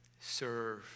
serve